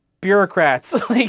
bureaucrats